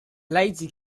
lazy